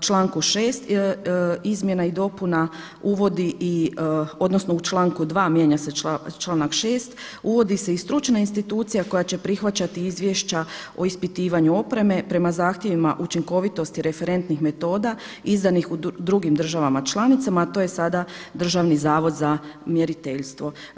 članku 6. izmjena i dopuna uvodi i odnosno u članku 2. mijenja se članak 6. uvodi se i stručna institucija koja će prihvaćati izvješća o ispitivanju opreme prema zahtjevima učinkovitosti referentnih metoda izdanih u drugim državama članicama, a to je sada Državni zavod za mjeriteljstvo.